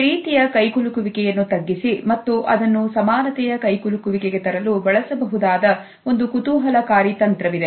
ಈ ರೀತಿಯ ಕೈಕುಲುಕುವಿಕೆಯನ್ನು ತಗ್ಗಿಸಿ ಮತ್ತು ಅದನ್ನು ಸಮಾನತೆಯ ಕೈಕುಲುಕು ವಿಕೆಗೆ ತರಲು ಬಳಸಬಹುದಾದ ಒಂದು ಕುತೂಹಲಕಾರಿ ತಂತ್ರವಿದೆ